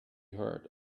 heard